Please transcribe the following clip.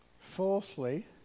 Fourthly